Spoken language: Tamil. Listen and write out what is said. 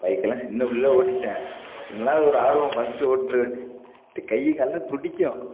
பைக்கெல்லாம் சின்னப் பிள்ளைல ஓட்டிவிட்டேன் இருந்தாலும் அது ஒரு ஆர்வம் ஃபஸ்ட்டு ஓட்டுறதுக்கு அப்படியே கை கால்லாம் துடிக்கும்